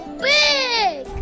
big